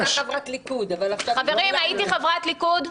שנייה, הייתי חברת ליכוד?